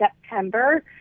september